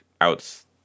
outs